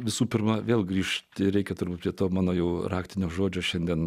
visų pirma vėl grįžti reikia turbūt prie to mano jų raktinio žodžio šiandien